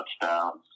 touchdowns